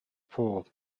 four